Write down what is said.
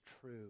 true